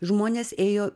žmonės ėjo